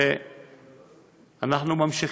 ואנחנו ממשיכים.